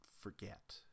forget